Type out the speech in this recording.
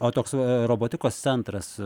o toks va robotikos centras